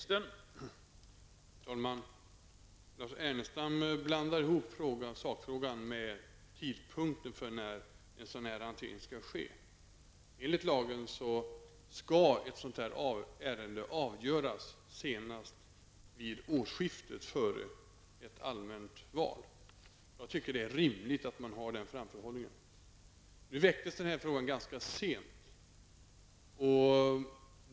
Herr talman! Lars Ernestam blandar ihop sakfrågan med tidpunkten för när en sådan hantering skall ske. Enligt lagen skall ett sådant ärende avgöras senaste vid årsskiftet före ett allmänt val. Jag tycker att det är rimligt att man har den framförhållningen. Den här frågan väcktes ganska sent.